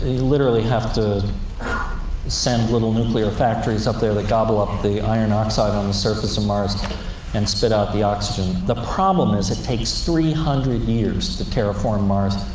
literally, have to send little nuclear factories up there that gobble up the iron oxide on the surface of mars and spit out the oxygen. the problem is it takes three hundred years to terraform mars,